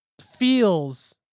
feels